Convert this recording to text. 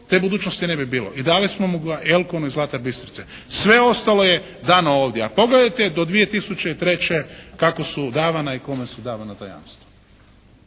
te budućnosti ne bi bilo. I dali su … /Govornik se ne razumije./ … iz Zlatar Bistrice. Sve ostalo je dano ovdje. A pogledajte do 2003. kako su davana i kome su davana ta jamstva?